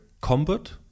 combat